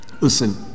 Listen